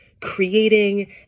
creating